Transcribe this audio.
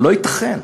לא ייתכן.